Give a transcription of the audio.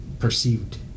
Perceived